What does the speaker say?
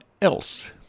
else